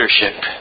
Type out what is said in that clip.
leadership